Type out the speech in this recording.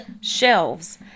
shelves